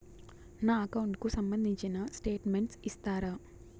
నా అకౌంట్ కు సంబంధించిన స్టేట్మెంట్స్ ఇస్తారా